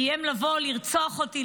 איים לבוא לרצוח אותי,